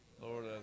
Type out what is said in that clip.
Lord